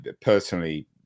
personally